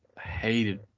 hated